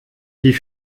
die